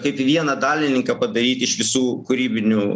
kaip vieną dalininką padaryt iš visų kūrybinių